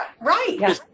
right